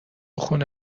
خونه